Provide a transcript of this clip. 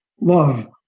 love